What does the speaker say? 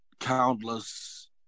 countless